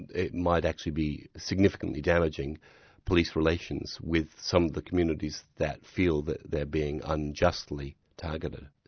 and it might actually be significantly damaging police relations with some of the communities that feel that they're being unjustly targeted.